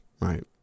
right